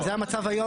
זה המצב היום